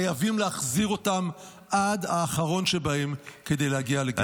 חייבים להחזיר אותם עד האחרון שבהם כדי להגיע לגאולה.